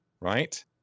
right